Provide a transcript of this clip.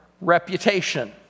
reputation